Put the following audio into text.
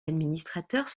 administrateurs